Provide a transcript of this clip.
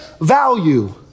value